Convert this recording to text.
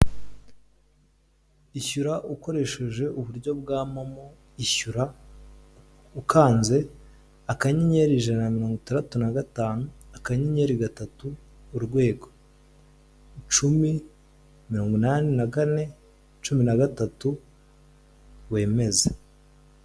Ishyura ukoresheje uburyo bwa momo ishyura ukanze akanyenyeri ijana na mirongo itandatu na gatanu ,akannyeri gatatu, urwego cumi mirongo inani na kane, cumi na gatatu wemeze.